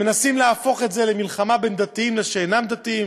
מנסים להפוך את זה למלחמה בין דתיים לבין שאינם דתיים,